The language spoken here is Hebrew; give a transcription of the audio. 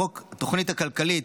בחוק התוכנית הכלכלית,